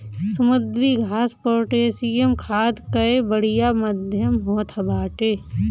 समुद्री घास पोटैशियम खाद कअ बढ़िया माध्यम होत बाटे